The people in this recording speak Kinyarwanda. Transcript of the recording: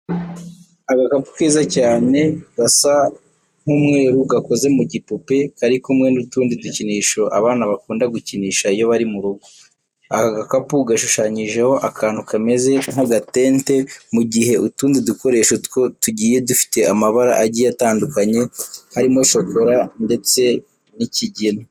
Agakapu keza cyane gasa nk'umweru gakoze mu gipupe kari kumwe n'utundi dukinisho abana bakunda gukinisha iyo bari mu rugo. Aka gakapu gashushanyijeho akantu kameze nk'agatente, mu gihe utundi dukoresho two tugiye dufite amabara agiye atandukanye harimo shokora ndetse n'ikigina.